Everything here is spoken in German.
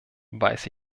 weiß